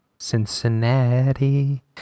Cincinnati